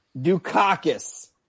Dukakis